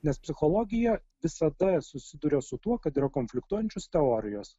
nes psichologija visada susiduria su tuo kad yra konfliktuojančios teorijos